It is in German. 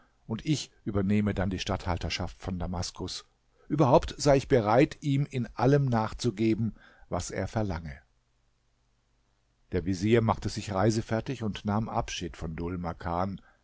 und ich übernehme dann die statthalterschaft von damaskus überhaupt sei ich bereit ihm in allem nachzugeben was er verlange der vezier machte sich reisefertig und nahm abschied von dhul makan